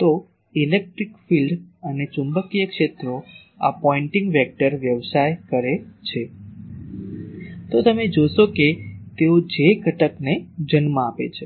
તો electric field અને ચુંબકીય ક્ષેત્રો આ પોઇંટિંગ વેક્ટર વ્યવસાય કરે છે તો તમે જોશો કે તેઓ j ઘટકને જન્મ આપે છે